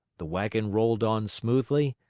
the wagon rolled on smoothly,